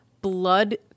blood